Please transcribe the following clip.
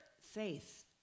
faith